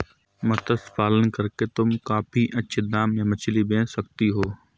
मत्स्य पालन करके तुम काफी अच्छे दाम में मछली बेच सकती हो